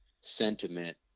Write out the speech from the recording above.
sentiment